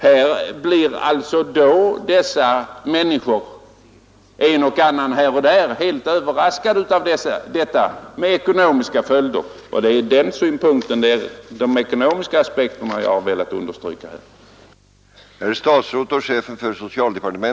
Människor på olika platser har därför blivit helt överraskade av förbudet, som har fått ekonomiska följdverkningar för dem, Det är dessa ekonomiska aspekter som jag här har velat framhålla och understryka.